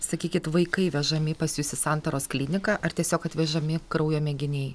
sakykit vaikai vežami pas jus į santaros kliniką ar tiesiog atvežami kraujo mėginiai